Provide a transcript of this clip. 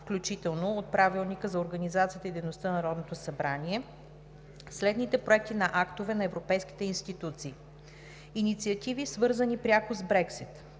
вкл. от Правилника за организацията и дейността на Народното събрание следните проекти на актове на европейските институции: Инициативи, свързани пряко с Брекзит: